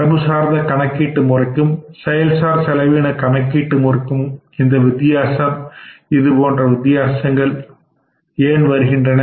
மரபுசார்ந்த கணக்கீட்டு முறைகக்கும் செயல் சார் செலவின கணக்கிட்டு முறைக்கும் இந்த வித்தியாசம் அல்லது இது போன்ற வித்தியாசங்கள் ஏன் வருகின்றன